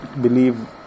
believe